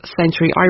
century